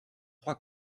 trois